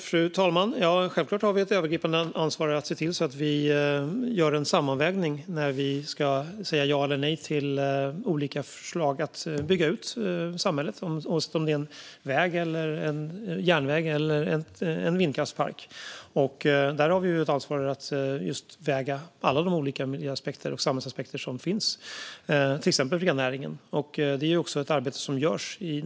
Fru talman! Självklart har vi ett övergripande ansvar att se till att vi gör en sammanvägning när vi ska säga ja eller nej till olika förslag att bygga ut samhället oavsett om det är en väg, en järnväg eller en vindkraftspark. Där har vi ett ansvar att väga alla olika miljöaspekter och samhällsaspekter som finns, till exempel rennäringen. Det är också ett arbete som görs.